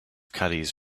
caddies